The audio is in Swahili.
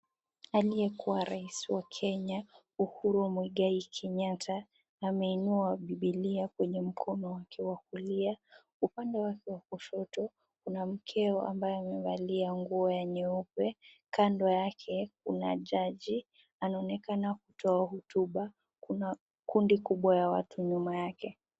Aliyekuwa rais wa kenya Uhuru Muigai Kenyatta ameinua bibilia kwenye mkono wake wa kulia, upande wake wa kushoto kuna mkeo ambaye amevalia nguo ya nyeupe, kando yake kuna jaji anaonekana kutoa hotuba, kuna kundi kubwa ya watu nyuma yake.